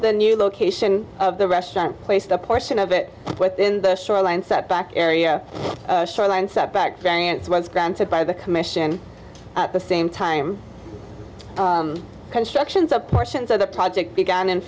the new location of the restaurant placed a portion of it within the shoreline setback area shoreline setback dance was granted by the commission at the same time constructions of portions of the project began in